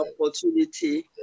opportunity